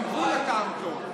יש גם גבול לטעם טוב.